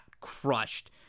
crushed